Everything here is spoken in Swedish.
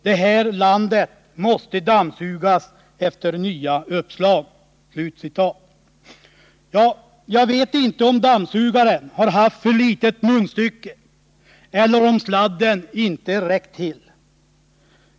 Det här landet måste dammsugas efter nya uppslag. Jag vet inte om dammsugaren har haft för litet munstycke eller om sladden inte räckt till.